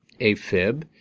AFib